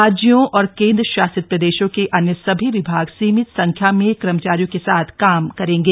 राज्यों और केंद्र शासित प्रदेशों के अन्य सभी विभाग सीमित संख्या में कर्मचारियों के साथ काम करेंगे